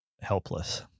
helpless